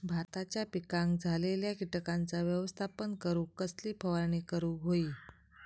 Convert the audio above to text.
भाताच्या पिकांक झालेल्या किटकांचा व्यवस्थापन करूक कसली फवारणी करूक होई?